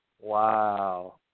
Wow